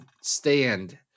Stand